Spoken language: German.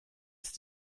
ist